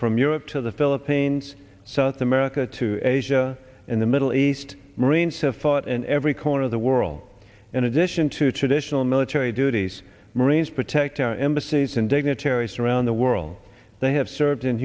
from europe to the philippines south america to asia in the middle east marines have fought in every corner of the world in addition to traditional military duties marines protect our embassies and dignitaries from around the world they have served in